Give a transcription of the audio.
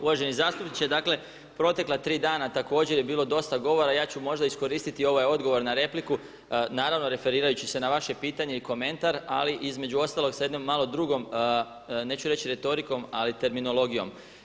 Uvaženi zastupniče, dakle protekla tri dana također je bilo dosta govora i ja ću možda iskoristiti ovaj odgovor na repliku naravno referirajući se na vaše pitanje i komentar, ali između ostaloga sa jednom malo drugom neću reći retorikom, ali terminologijom.